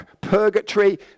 purgatory